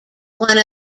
one